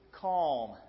calm